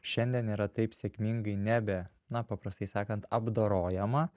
šiandien yra taip sėkmingai nebe na paprastai sakant apdorojama